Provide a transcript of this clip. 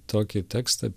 tokį tekstą